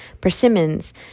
persimmons